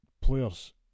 players